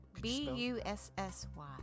B-U-S-S-Y